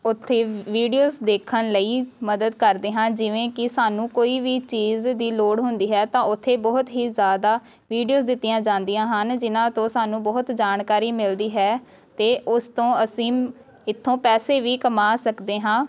ਉੱਥੇ ਵੀਡੀਓਜ਼ ਦੇਖਣ ਲਈ ਮਦਦ ਕਰਦੇ ਹਾਂ ਜਿਵੇਂ ਕਿ ਸਾਨੂੰ ਕੋਈ ਵੀ ਚੀਜ਼ ਦੀ ਲੋੜ ਹੁੰਦੀ ਹੈ ਤਾਂ ਉੱਥੇ ਬਹੁਤ ਹੀ ਜ਼ਿਆਦਾ ਵੀਡੀਓਜ਼ ਦਿੱਤੀਆਂ ਜਾਂਦੀਆ ਹਨ ਜਿਨ੍ਹਾਂ ਤੋਂ ਸਾਨੂੰ ਬਹੁਤ ਜਾਣਕਾਰੀ ਮਿਲਦੀ ਹੈ ਅਤੇ ਉਸ ਤੋਂ ਅਸੀਂ ਇੱਥੋਂ ਪੈਸੇ ਵੀ ਕਮਾਂ ਸਕਦੇ ਹਾਂ